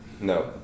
No